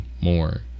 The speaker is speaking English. more